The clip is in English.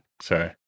sorry